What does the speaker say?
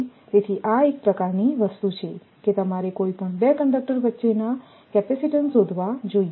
તેથી આ એક પ્રકારની વસ્તુ છે કે તમારે કોઈપણ 2 કંડક્ટર વચ્ચેના કેપેસિટીન્સ શોધવા જોઈએ